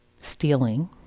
stealing